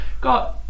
Got